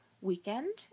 weekend